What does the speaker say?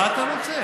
מה אתה רוצה?